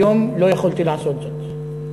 היום לא יכולתי לעשות זאת.